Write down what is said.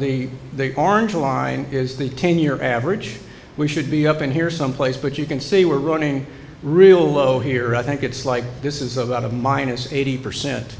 the they are into line is the ten year average we should be up in here someplace but you can see we're running real low here i think it's like this is about a minus eighty percent